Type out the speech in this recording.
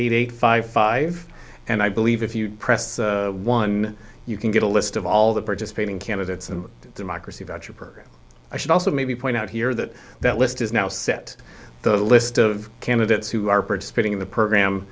eight eight five five and i believe if you press one you can get a list of all the participating candidates and democracy about your program i should also maybe point out here that that list is now set the list of candidates who are participating in the program